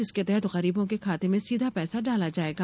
जिसके तहत गरीबों के खाते में सीधे पैसा डाला जायेगा